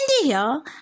India